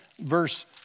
verse